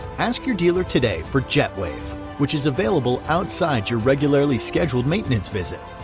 ask your dealer today for jetwave which is available outside your regularly scheduled maintenance visit.